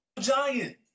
giant